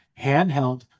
handheld